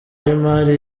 w’imari